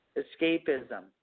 escapism